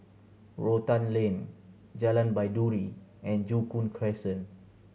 Rotan Lane Jalan Baiduri and Joo Koon Crescent